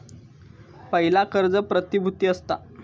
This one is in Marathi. पयला कर्ज प्रतिभुती असता